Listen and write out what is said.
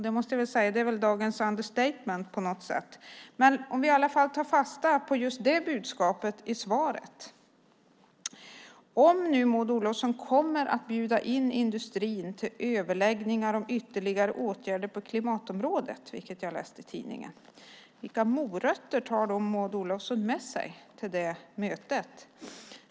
Det är väl dagens understatement på något sätt, men låt oss ta fasta på det budskapet i svaret. Om Maud Olofsson kommer att bjuda in industrin till överläggningar om ytterligare åtgärder på klimatområdet, vilket jag läste i tidningen, vilka morötter tar då Maud Olofsson med sig till det mötet?